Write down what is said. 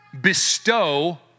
bestow